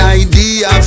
idea